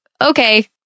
okay